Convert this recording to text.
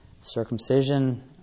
circumcision